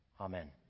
Amen